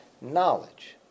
knowledge